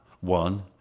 one